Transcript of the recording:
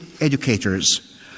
educators